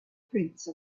prince